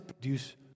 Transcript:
produce